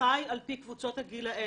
חי על פי קבוצות הגיל האלה.